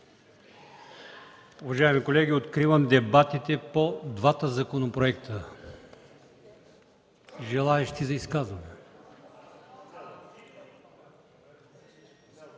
Уважаеми колеги, откривам дебатите по двата законопроекта. Има ли желаещи за изказвания?